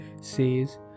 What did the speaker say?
says